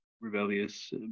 rebellious